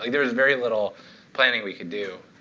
there was very little planning we could do.